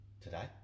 Today